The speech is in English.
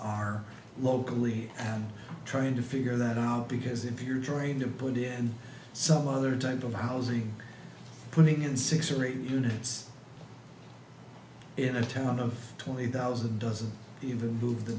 are locally and trying to figure that out because if you're trying to put in some other type of housing putting in six or eight units in terms of twenty thousand doesn't remove